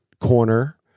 corner